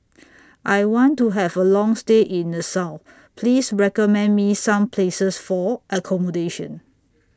I want to Have A Long stay in Nassau Please recommend Me Some Places For accommodation